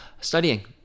Studying